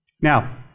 Now